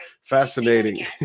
fascinating